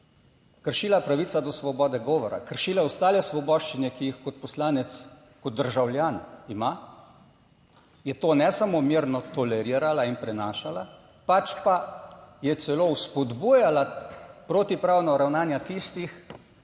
kršila pravica do svobode govora, kršila ostale svoboščine, ki jih kot poslanec, kot državljan ima, je to ne samo mirno tolerirala in prenašala, pač pa je celo vzpodbujala protipravna ravnanja tistih,